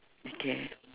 okay